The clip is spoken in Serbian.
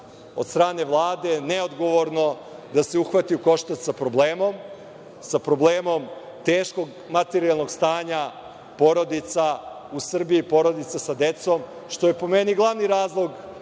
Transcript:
od strane Vlade neodgovorno da se uhvati u koštac sa problemom, sa problemom teškog materijalnog stanja porodica u Srbiji, porodica sa decom, što je, po meni, glavni razlog